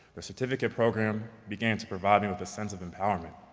the certificate program began to provide me with a sense of empowerment.